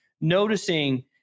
noticing